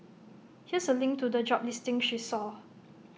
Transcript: here's A link to the job listing she saw